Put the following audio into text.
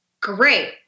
great